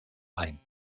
ein